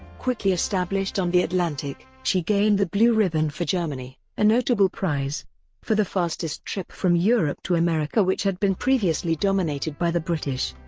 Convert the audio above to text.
quickly established on the atlantic, she gained the blue riband for germany, a notable prize for the fastest trip from europe to america which had been previously dominated by the british.